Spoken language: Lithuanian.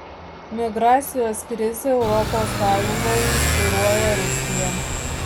migracijos krizę europos sąjungoje inspiruoja rusija